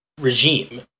regime